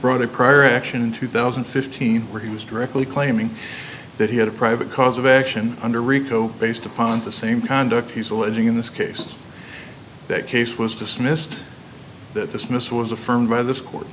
brought a prior action in two thousand and fifteen where he was directly claiming that he had a private cause of action under rico based upon the same conduct he's alleging in this case that case was dismissed that this miss was affirmed by this court